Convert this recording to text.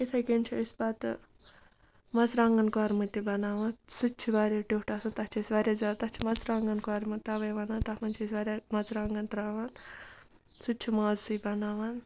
اِتھَے کٔنۍ چھِ أسۍ پَتہٕ مرژٕوانٛگَن کۄرمہٕ تہِ بناوان سُہ تہِ چھِ واریاہ ٹیوٚٹھ آسان تَتھ چھِ أسۍ واریاہ زیادٕ تَتھ چھِ مرژٕوانٛگَن کۄرمہٕ تَوَے وَنان تَتھ منٛز چھِ أسۍ واریاہ مرژٕوانٛگَن ترٛوان سُہ تہِ چھِ مازسٕے بَناوان